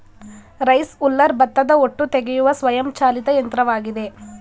rice huller ಭತ್ತದ ಹೊಟ್ಟು ತೆಗೆಯುವ ಸ್ವಯಂ ಚಾಲಿತ ಯಂತ್ರವಾಗಿದೆ